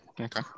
okay